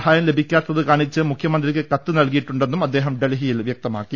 സഹായം ലഭിക്കാത്തത് കാണിച്ച് മുഖ്യ മന്ത്രിക്ക് കത്ത് നൽകിയിട്ടുണ്ടെന്നും അദ്ദേഹം പറഞ്ഞു